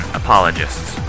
apologists